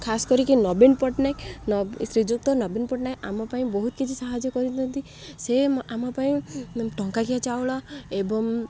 ଖାସ କରିକି ନବୀନ ପଟ୍ଟନାୟକ ଶ୍ରୀଯୁକ୍ତ ନବୀନ ପଟ୍ଟନାୟକ ଆମ ପାଇଁ ବହୁତ କିଛି ସାହାଯ୍ୟ କରିଛନ୍ତି ସେ ଆମ ପାଇଁ ଟଙ୍କାକିଆ ଚାଉଳ ଏବଂ